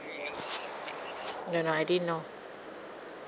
no no I didn't know